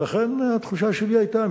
ולכן התחושה שלי היתה,